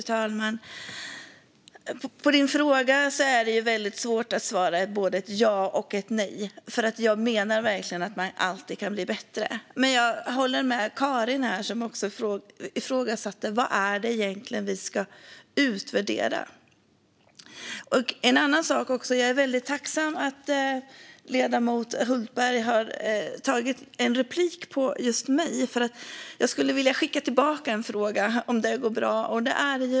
Fru talman! På ledamotens fråga är det väldigt svårt att svara med ett ja eller ett nej, för jag menar verkligen att det alltid kan bli bättre. Men jag håller med Karin Rågsjö, som ifrågasatte vad det egentligen är vi ska utvärdera. Jag är tacksam för att ledamoten Hultberg har begärt replik just på mitt anförande, för jag skulle vilja skicka tillbaka en fråga om det går bra.